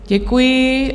Děkuji.